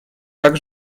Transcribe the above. так